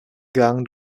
gang